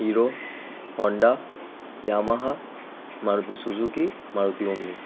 hero Honda Yamaha Maruti Suzuki Maruti ওমনি